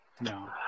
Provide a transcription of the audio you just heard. No